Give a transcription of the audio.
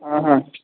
అహ